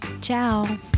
ciao